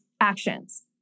actions